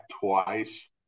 twice